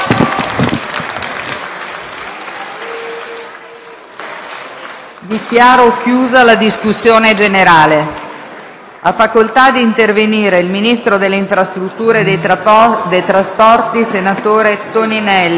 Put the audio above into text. Dichiaro chiusa la discussione. Ha chiesto di intervenire il ministro delle infrastrutture e dei trasporti, senatore Toninelli.